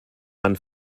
man